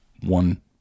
one